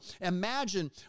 imagine